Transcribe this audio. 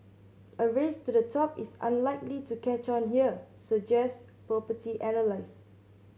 a race to the top is unlikely to catch on here suggest property analyst